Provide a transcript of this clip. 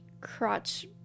crotch